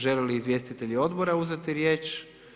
Žele li izvjestitelji odbora uzeti riječ?